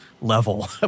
level